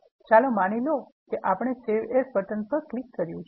ચાલો માની લો કે આપણે Save as બટન પર ક્લિક કર્યું છે